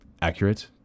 accurate